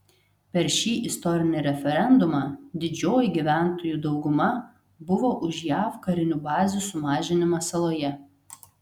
per šį istorinį referendumą didžioji gyventojų dauguma buvo už jav karinių bazių sumažinimą saloje